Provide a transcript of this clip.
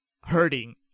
hurting